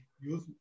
use